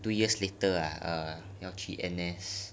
two years later ah err 要去 N_S